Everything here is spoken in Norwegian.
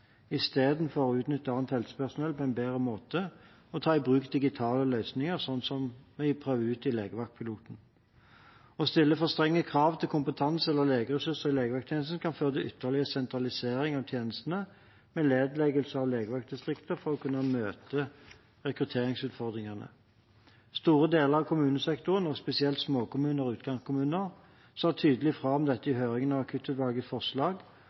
istedenfor å utnytte annet helsepersonell på en bedre måte og ta i bruk digitale løsninger, som blir prøvd ut i legevaktpiloten. Å stille for strenge krav til kompetanse eller legeressurser i legevakttjenesten kan føre til ytterligere sentralisering av tjenestene, med nedleggelse av legevaktdistrikter for å kunne møte rekrutteringsutfordringene. Store deler av kommunesektoren og spesielt småkommuner og utkantkommuner sa tydelig fra om dette i høringen av akuttutvalgets forslag